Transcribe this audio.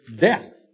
death